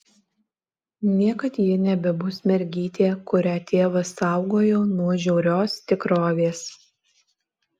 niekad ji nebebus mergytė kurią tėvas saugojo nuo žiaurios tikrovės